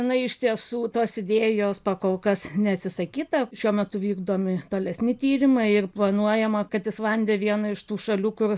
na iš tiesų tos idėjos pakolkas neatsisakyta šiuo metu vykdomi tolesni tyrimai ir planuojama kad islandija viena iš tų šalių kur